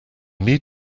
need